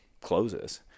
closes